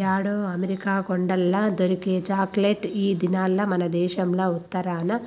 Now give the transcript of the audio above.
యాడో అమెరికా కొండల్ల దొరికే చాక్లెట్ ఈ దినాల్ల మనదేశంల ఉత్తరాన